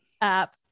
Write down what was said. app